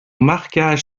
marquage